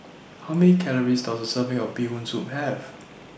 How Many Calories Does A Serving of Bee Hoon Soup Have